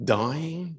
dying